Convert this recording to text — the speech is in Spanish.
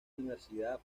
universidad